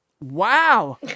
Wow